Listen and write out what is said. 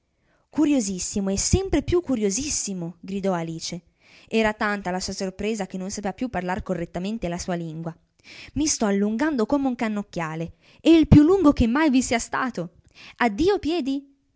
curiosissimo e sempre più curiosissimo gridò alice era tanta la sua sorpresa che non sapeva più parlar correttamente la sua lingua mi stò allungando come un cannocchiale e il più lungo che mai vi sia stato addio piedi